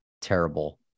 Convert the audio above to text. terrible